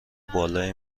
بالای